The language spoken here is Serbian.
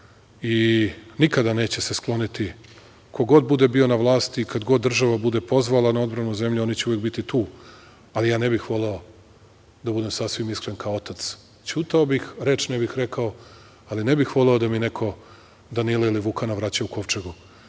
se nikada neće skloniti ko god bude bio na vlasti i kad god država bude pozvala na ogromnu zemlju oni će uvek biti tu, ali ja ne bih voleo da budem sasvim iskren kao otac, ćutao bih, reč ne bih rekao, ali ne bi voleo da mi neko Danila ili Vukana vraća u kovčegu,